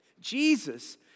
Jesus